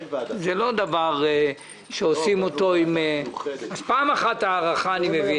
אני יכול להבין הארכה של פעם אחת,